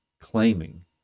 claiming